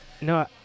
no